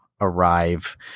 arrive